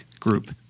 group